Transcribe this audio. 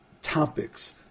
Topics